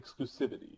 exclusivity